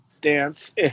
dance